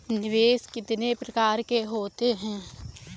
निवेश कितने प्रकार के होते हैं?